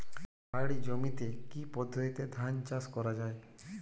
পাহাড়ী জমিতে কি পদ্ধতিতে ধান চাষ করা যায়?